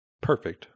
perfect